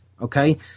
okay